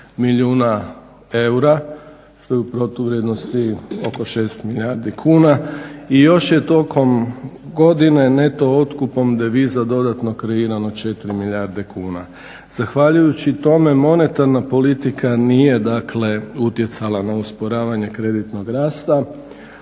milijuna eura što je u protuvrijednosti oko 6 milijardi kuna. I još je tokom godine neto otkupom deviza dodatno kreirala 4 milijarde kuna. Zahvaljujući tome monetarna politika nije dakle utjecala na usporavanje kreditnog rasta